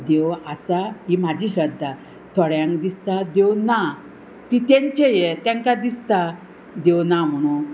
देव आसा ही म्हाजी श्रद्धा थोड्यांक दिसता देव ना ती तेंचे हे तांकां दिसता देव ना म्हणून